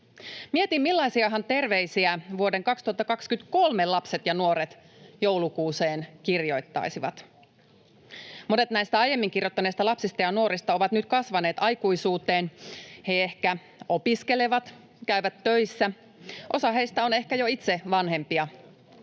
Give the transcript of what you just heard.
Mietin, millaisiahan terveisiä vuoden 2023 lapset ja nuoret joulukuuseen kirjoittaisivat. Monet näistä aiemmin kirjoittaneista lapsista ja nuorista ovat nyt kasvaneet aikuisuuteen. He ehkä opiskelevat, käyvät töissä. Osa heistä on ehkä jo itse vanhempia.